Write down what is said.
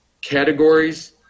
categories